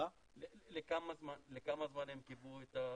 אירופה --- לכמה זמן הם קיבעו את זה?